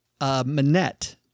Manette